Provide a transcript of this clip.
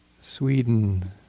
Sweden